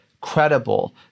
credible